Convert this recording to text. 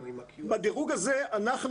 בדירוג הזה אנחנו,